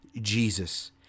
Jesus